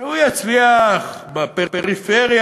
שהוא יצליח בפריפריה,